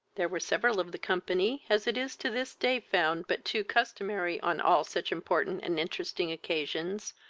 there were several of the company, as it is to this day found but too customary on all such important and interesting occasions,